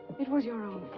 it was your own